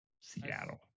Seattle